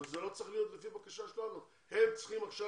אבל מזה לא צריך להיות לפי בקשה שלנו אלא הם צריכים עכשיו